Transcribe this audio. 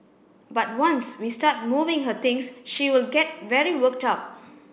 but once we start moving her things she will get very worked up